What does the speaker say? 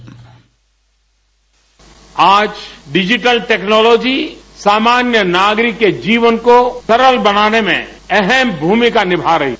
bite आज digital technology सामान्य नागरिक के जीवन को सरल बनाने में अहम भूमिका निमा रही है